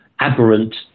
aberrant